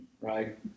Right